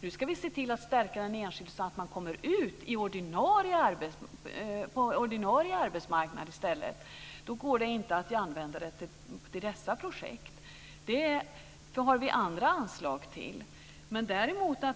Nu ska vi se till att stärka den enskilde så att han eller hon kommer ut på den ordinarie arbetsmarknaden i stället. Då kan man inte använda dessa medel till sådana projekt. Det har vi andra anslag till.